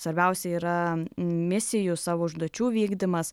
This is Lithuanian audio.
svarbiausia yra misijų savo užduočių vykdymas